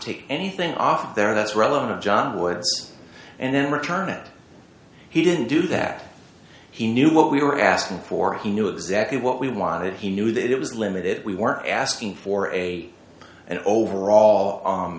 take anything off there that's relative john woods and then return and he didn't do that he knew what we were asking for he knew exactly what we wanted he knew that it was limited we weren't asking for a an overall